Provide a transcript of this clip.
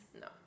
No